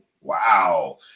Wow